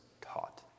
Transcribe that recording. taught